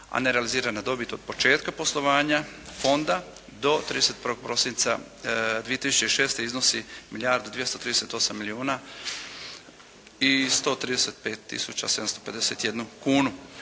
a nerealizirana dobit od početka poslovanja fonda do 31. prosinca 2006. iznosi milijardu